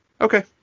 Okay